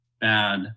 Bad